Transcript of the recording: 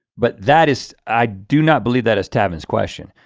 but that is i do not believe that is tavans question.